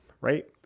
right